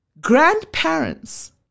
Grandparents